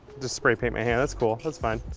just spray-paint my hand that's cool, that's fine.